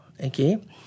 okay